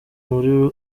muri